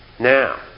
Now